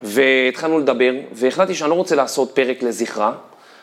והתחלנו לדבר והחלטתי שאני לא רוצה לעשות פרק לזכרה.